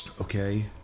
Okay